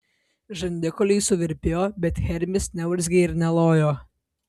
žandikauliai suvirpėjo bet hermis neurzgė ir nelojo